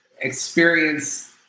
experience